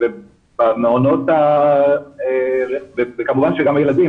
וכמובן שגם הילדים,